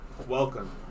Welcome